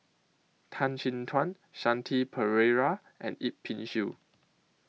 Tan Chin Tuan Shanti Pereira and Yip Pin Xiu